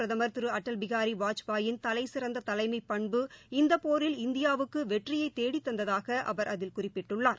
பிரதமர் திருஅடல் பிஹாரிவாஜ்பாயின் தலைசிறந்ததலைமைபண்பு இந்தபோரில் முன்னாள் இந்தியாவுக்குவெற்றியைதேடித்தந்ததாகஅவர் அதில் குறிப்பிட்டுள்ளார்